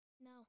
No